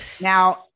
Now